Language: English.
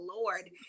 Lord